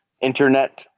internet